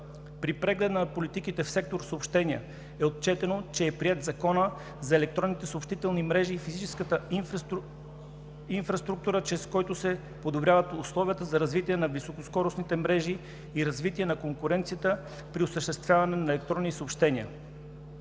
При прегледа на политиките в сектор „Съобщения“ е отчетено, че е приет Закона за електронните съобщителни мрежи и физическата инфраструктура, чрез който се подобряват условията за развитие на високоскоростни мрежи и развитие на конкуренцията при осъществяване на електронни съобщения.